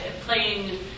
playing